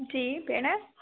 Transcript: जी भैण